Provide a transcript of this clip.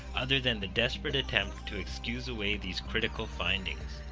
other than the desperate attempt to excuse away these critical findings.